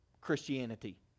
Christianity